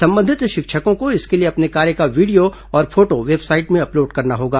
संबंधित शिक्षकों को इसके लिए अपने कार्य का वीडियो और फोटो वेबसाइट में अपलोड करना होगा